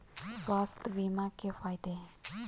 स्वास्थ्य बीमा के फायदे हैं?